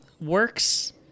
works